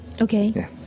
Okay